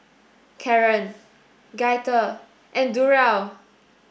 Caron Gaither and Durell